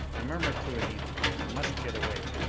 i murmured to anita, we must get away.